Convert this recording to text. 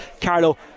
Carlo